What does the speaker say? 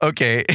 Okay